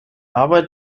arbeit